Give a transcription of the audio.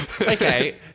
Okay